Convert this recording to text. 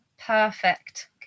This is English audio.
perfect